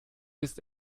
ist